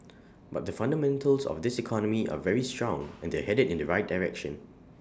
but the fundamentals of this economy are very strong and they're headed in the right direction